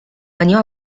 año